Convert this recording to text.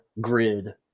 grid